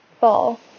ball